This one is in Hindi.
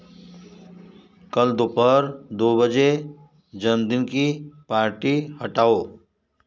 कल दोपहर दो बजे जन्मदिन की पार्टी हटाओ